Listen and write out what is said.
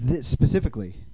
specifically